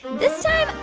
this time,